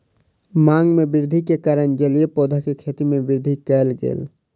मांग में वृद्धि के कारण जलीय पौधा के खेती में वृद्धि कयल गेल